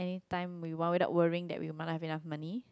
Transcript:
time we want without worrying that we might not have enough money